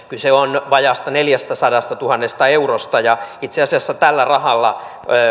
kyse on vajaasta neljästäsadastatuhannesta eurosta ja itse asiassa tällä rahalla